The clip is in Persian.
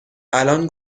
الان